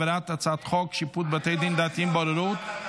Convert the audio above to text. העברת הצעת חוק שיפוט בתי דין דתיים (בוררות),